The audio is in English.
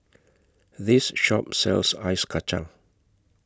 This Shop sells Ice Kacang